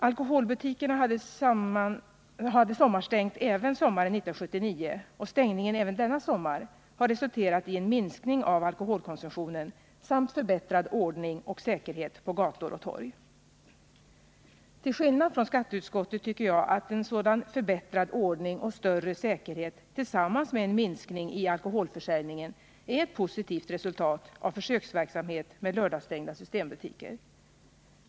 Alkoholbutikerna hade sommarstängt även sommaren 1979, och stängningen denna sommar har resulterat i en minskning av alkoholkonsumtionen samt förbättrad ordning och säkerhet på gator och torg. Till skillnad från skatteutskottet tycker jag att en sådan förbättrad ordning och större säkerhet tillsammans med en minskning i alkoholförsäljningen är ett positivt resultat av försöksverksamhet med lördagsstängda systembutiker.